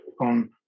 on